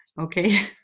Okay